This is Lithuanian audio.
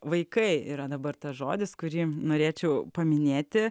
vaikai yra dabar tas žodis kurį norėčiau paminėti